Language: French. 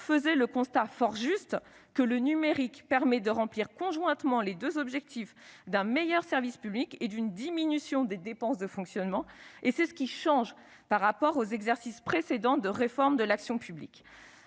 dressait le constat fort juste que « le numérique [...] permet de remplir conjointement [les] deux objectifs [d'un meilleur service public et d'une diminution des dépenses de fonctionnement] et c'est ce qui change [...] par rapport aux exercices précédents de réforme de l'action publique